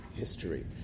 history